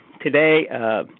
today